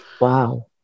Wow